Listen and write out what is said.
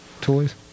toys